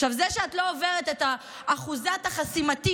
זה שאת לא עוברת את אחוזת החסימתית,